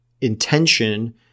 intention